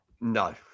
No